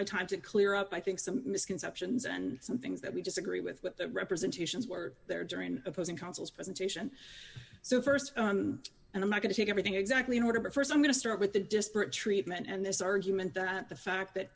my time to clear up i think some misconceptions and some things that we disagree with what the representations were there during opposing counsel's presentation so st and i'm not going to take everything exactly in order but st i'm going to start with the disparate treatment and this argument that the fact that